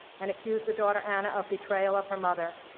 and accuse the daughter anna of betrayal of her mother.